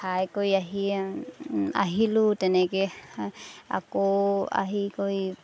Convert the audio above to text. খাই কৰি আহি আহিলোঁ তেনেকৈ আকৌ আহি কৰি